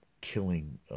killing